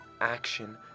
action